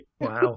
Wow